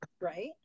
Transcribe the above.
right